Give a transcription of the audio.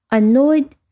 annoyed